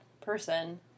person